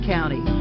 County